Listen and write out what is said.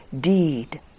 deed